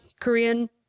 Korean